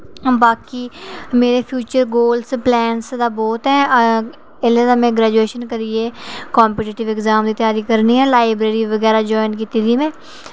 बाकी मेरे future plan ते गोल्स बहुत हैन पर एल्ले ते में ग्रेजूएशन करियै कंपीटैटिव एग्ज़ाम दी त्यारी करनी ऐ लाईब्रेरी बगैरा ज्वाईन कीती दी में